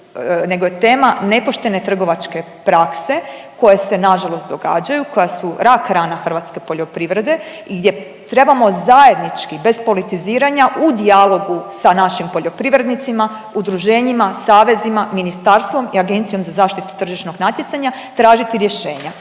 nego je tema nepoštene trgovačke prakse koje se nažalost događaju, koje su rak rana hrvatske poljoprivrede i gdje trebamo zajednički bez politiziranja u dijalogu sa našim poljoprivrednicima, udruženjima, savezima, ministarstvom i Agencijom za zaštitu tržišnog natjecanja tražiti rješenja.